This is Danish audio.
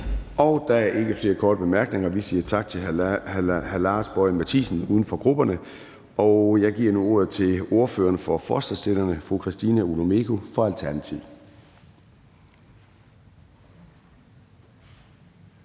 Der er ikke flere korte bemærkninger, så vi siger tak til hr. Lars Boje Mathiesen, uden for grupperne. Jeg giver nu ordet til ordføreren for forslagsstillerne, fru Christina Olumeko fra Alternativet.